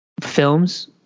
films